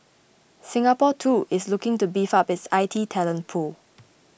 Singapore too is looking to beef up its I T talent pool